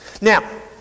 Now